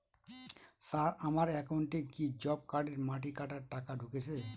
Sir আমার একাউন্টে কি জব কার্ডের মাটি কাটার টাকা ঢুকেছে?